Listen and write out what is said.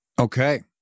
Okay